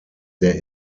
der